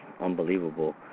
unbelievable